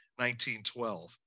1912